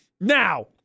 Now